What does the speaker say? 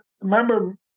remember